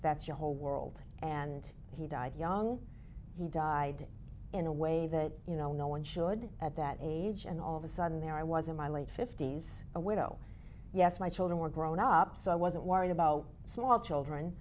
that's your whole world and he died young he died in a way that you know no one should at that age and all of a sudden there i was in my late fifty's a widow yes my children were grown up so i wasn't worried about small children